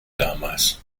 damals